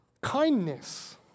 kindness